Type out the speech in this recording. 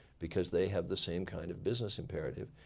because they have the same kind of business imperative.